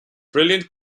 brilliant